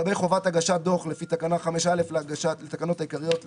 לגבי הגדלת מענק עבודה דיברנו בפעם הקודמת.